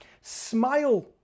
Smile